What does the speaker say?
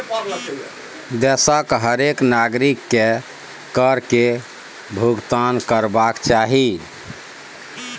देशक हरेक नागरिककेँ कर केर भूगतान करबाक चाही